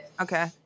Okay